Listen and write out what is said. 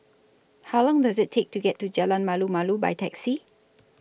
How Long Does IT Take to get to Jalan Malu Malu By Taxi